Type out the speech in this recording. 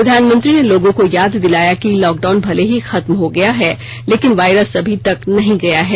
प्रधानमंत्री ने लोगों को याद दिलाया कि लॉकडाउन भले ही खत्म हो गया लेकिन वायरस अभी तक नहीं गया है